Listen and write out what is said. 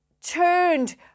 turned